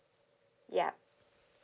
yup